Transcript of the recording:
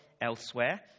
elsewhere